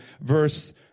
verse